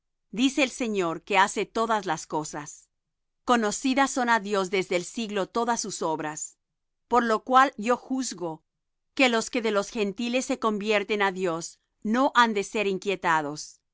dice el señor que hace todas estas cosas conocidas son á dios desde el siglo todas sus obras por lo cual yo juzgo que los que de los gentiles se convierten á dios no han de ser inquietados